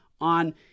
on